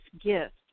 gift